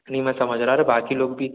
नहीं मैं समझ रहा हूँ बाकी लोग भी